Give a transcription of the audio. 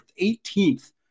18th